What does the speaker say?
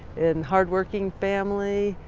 and hardworking family,